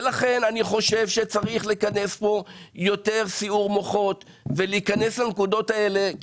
ולכן אני חושב שצריך לכנס פה יותר סיעור מוחות ולהיכנס לנקודות האלה,